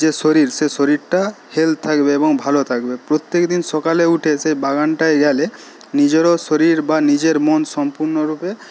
যে শরীর সেই শরীরটা হেল্থ থাকবে এবং ভালো থাকবে প্রত্যেকদিন সকালে উঠে সেই বাগানটায় গেলে নিজেরও শরীর বা নিজের মন সম্পূর্ণরূপে